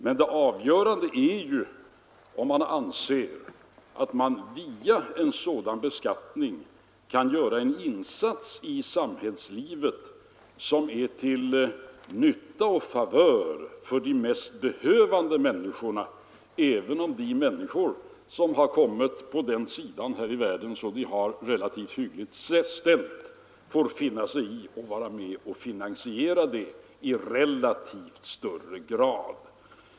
Men det avgörande är ju om man anser att man via en sådan beskattning kan göra en insats i samhällslivet till nytta och favör för de mest behövande människorna, samtidigt som de som har kommit på en sådan sida här i världen att de har det ganska hyggligt ställt får finna sig i att vara med och finansiera detta i relativt större omfattning än andra.